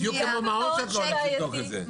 בדיוק כמו מעון שאת לא הולכת לבדוק את זה.